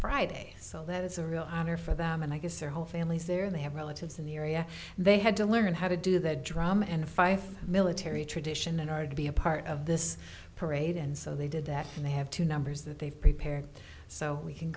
friday sol that is a real honor for them and i guess their whole families there they have relatives in the area they had to learn how to do the drum and fife military tradition and are to be a part of this parade and so they did that and they have two numbers that they've prepared so we c